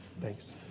Thanks